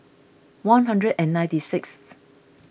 one hundred and ninety sixth